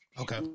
Okay